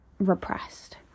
repressed